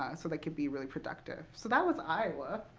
ah so that could be really productive. so that was iowa.